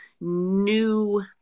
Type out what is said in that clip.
new